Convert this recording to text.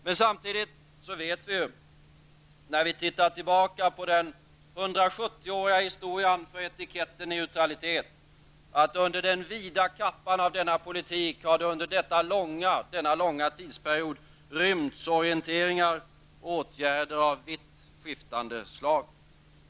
Men samtidigt vet vi ju, när vi ser tillbaka på den 170-åriga historien för etiketten neutralitet, att under den vida kappan av denna politik har det under denna långa tidsperiod rymts orienteringar och åtgärder av vitt skiftande slag.